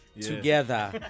Together